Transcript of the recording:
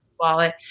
wallet